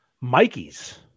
Mikey's